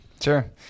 Sure